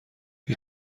هیچ